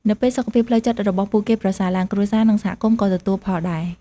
នៅពេលសុខភាពផ្លូវចិត្តរបស់ពួកគេប្រសើរឡើង គ្រួសារ និងសហគមន៍ក៏ទទួលផលដែរ។